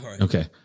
Okay